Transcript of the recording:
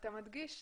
אתה מדגיש,